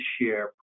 share